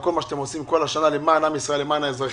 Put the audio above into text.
כל מה שאתם עושים כל השנה למען עם ישראל ולמען האזרחים.